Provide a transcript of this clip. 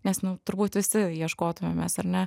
nes nu turbūt visi ieškotumėmės ar ne